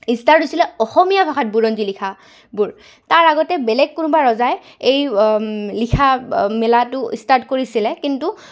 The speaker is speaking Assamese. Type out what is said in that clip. ষ্টাৰ্ট হৈছিলে অসমীয়া ভাষাত বুৰঞ্জী লিখাবোৰ তাৰ আগতে বেলেগ কোনোবা ৰজাই এই লিখা মেলাটো ষ্টাৰ্ট কৰিছিলে কিন্তু